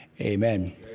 amen